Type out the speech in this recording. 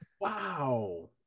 Wow